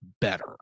better